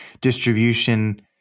distribution